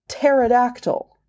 pterodactyl